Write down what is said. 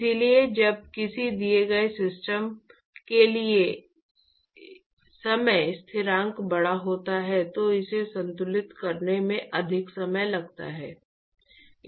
इसलिए जब किसी दिए गए सिस्टम के लिए समय स्थिरांक बड़ा होता है तो इसे संतुलित करने में अधिक समय लगता है